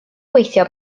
gweithio